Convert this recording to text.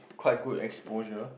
quite good exposure